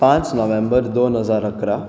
पाच नोव्हेंबर दोन हजार अकरा